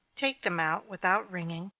take them out, without wringing,